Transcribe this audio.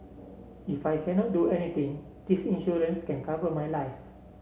if I cannot do anything this insurance can cover my life